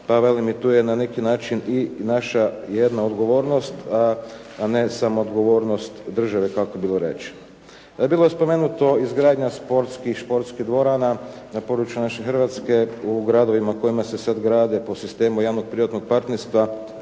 pa velim i tu je na neki način i naša jedna odgovornost, a ne samo odgovornost države kako je bilo rečeno. … /Govornik se ne razumije./ … bilo spomenuta izgradnja sportskih dvorana na području naše Hrvatske u gradovima u kojima se sad grade po sistemu javno-privatnog partnerstva.